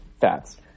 fats